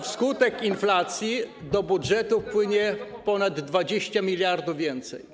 Wskutek inflacji do budżetu wpłynie o ponad 20 mld więcej.